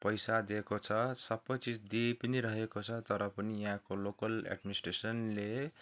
पैसा दिएको छ सबै चिज दिइ पनि रहेको छ तर पनि यहाँको लोकल एडमिनिस्ट्रेसनले